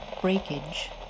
Breakage